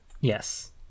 yes